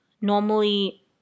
normally